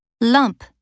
Lump